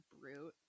brute